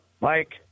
Mike